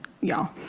y'all